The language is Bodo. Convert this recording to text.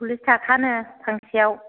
सल्लिस थाखानो फांसेयाव